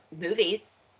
movies